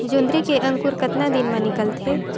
जोंदरी के अंकुर कतना दिन मां निकलथे?